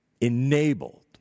enabled